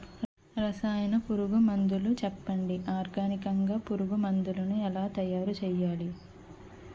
రసాయన పురుగు మందులు చెప్పండి? ఆర్గనికంగ పురుగు మందులను ఎలా తయారు చేయాలి?